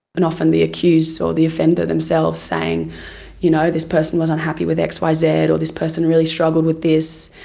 and often the accused or the offender themselves saying you know, this person was unhappy with x y z, or this person really struggled with this,